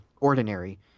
ordinary